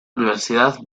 universidad